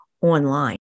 online